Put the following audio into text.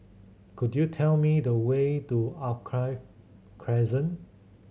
could you tell me the way to Alkaff Crescent